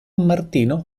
martino